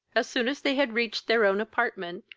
as soon as they had reached their own apartment,